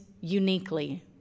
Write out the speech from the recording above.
uniquely